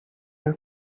air